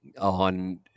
on